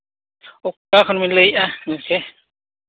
ᱚᱠᱟ ᱠᱷᱚᱱ ᱵᱤᱱ ᱞᱟᱹᱭᱮᱫᱼᱟ ᱢᱟᱥᱮ